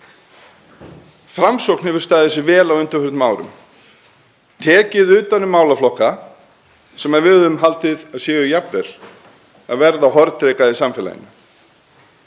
Framsókn hefur staðið sig vel á undanförnum árum, tekið utan um málaflokka sem við höfum haldið að væru jafnvel að verða hornreka í samfélaginu.